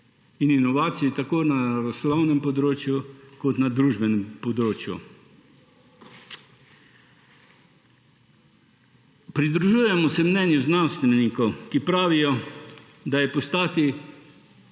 in inovacij tako na naravoslovnem področju kot na družbenem področju. Pridružujemo se mnenju znanstvenikov, ki pravijo, da je postati